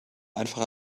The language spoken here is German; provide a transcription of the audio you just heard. einfach